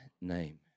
name